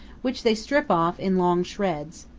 which they strip off in long shreds.